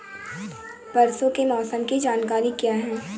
परसों के मौसम की जानकारी क्या है?